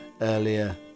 earlier